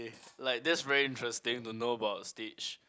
K like that's very interesting to know about Stitch